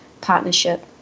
partnership